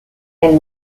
and